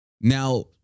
Now